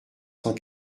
cent